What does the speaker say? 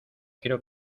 quiero